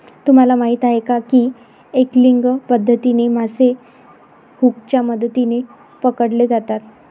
तुम्हाला माहीत आहे का की एंगलिंग पद्धतीने मासे हुकच्या मदतीने पकडले जातात